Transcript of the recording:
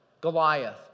Goliath